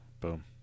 Boom